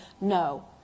no